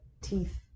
teeth